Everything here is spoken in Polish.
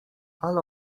ale